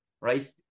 right